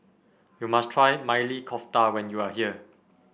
you must try Maili Kofta when you are here